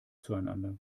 zueinander